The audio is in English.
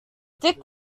dick